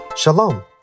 Shalom